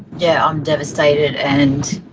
yeah, i'm devastated and